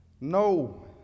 No